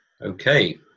okay